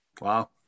Wow